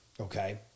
okay